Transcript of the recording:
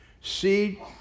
Seed